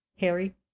Harry